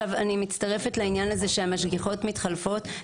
אני מצטרפת לעניין הזה שהמשגיחות מתחלפות,